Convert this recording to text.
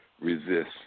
Resist